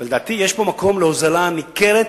ולדעתי יש כאן מקום להוזלה ניכרת,